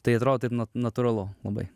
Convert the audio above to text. tai atrodo tai na natūralu labai